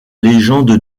légende